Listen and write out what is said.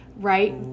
right